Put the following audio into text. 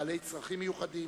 לבעלי צרכים מיוחדים,